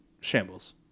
shambles